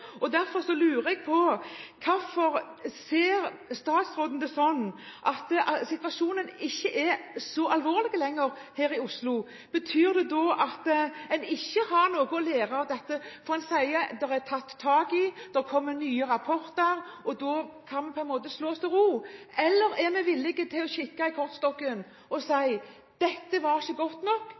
at en ikke har noe å lære av dette? En sier det er tatt tak i, det kommer nye rapporter. Da kan vi på en måte slå oss til ro. Eller er vi villig til å kikke i kortstokken og si at dette var ikke godt nok,